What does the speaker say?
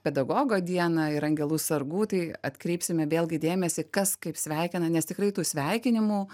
pedagogo dieną ir angelų sargų tai atkreipsime vėlgi dėmesį kas kaip sveikina nes tikrai tų sveikinimų